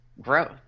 growth